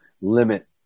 limit